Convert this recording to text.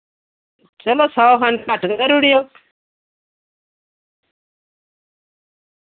चलो सौ खंड घट्ट करी ओड़ेओ